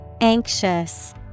Anxious